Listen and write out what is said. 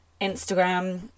Instagram